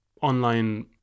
online